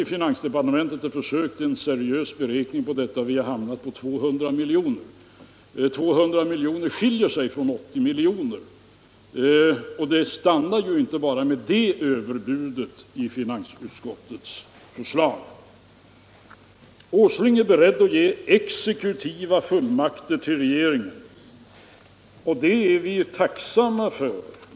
I finansdepartementet har vi gjort ett försök till seriösa beräkningar om det, och vi har hamnat på 200 miljoner, vilket alltså skiljer sig starkt från 80 miljoner. Men det stannar inte bara med det överbudet i finansutskottets förslag, utan herr Åsling är beredd att också ge exekutiva fullmakter till regeringen. Det är vi tacksamma för.